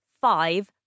five